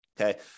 okay